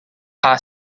are